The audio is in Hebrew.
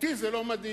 אותי זה לא מדאיג,